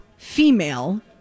Female